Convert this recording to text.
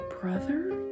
brother